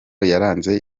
yaranze